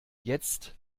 jetzt